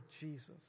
Jesus